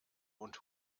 und